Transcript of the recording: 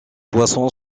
poisson